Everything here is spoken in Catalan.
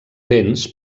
vents